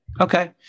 Okay